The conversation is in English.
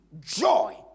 joy